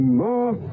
more